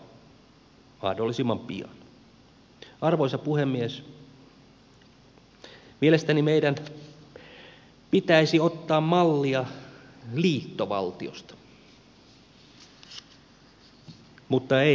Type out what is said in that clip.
mielestäni meidän pitäisi ottaa mallia liittovaltiosta mutta ei euroopan unionista